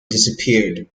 disappeared